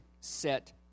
set